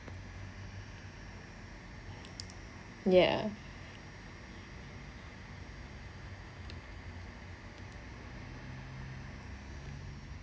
ya